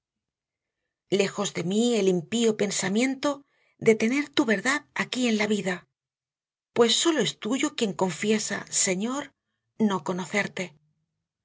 lejos de mí el impío pensamiento de tener tu verdad aquí en la vida pues solo es tuyo quien confiesa señor no conocerte